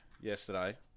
Yesterday